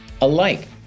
alike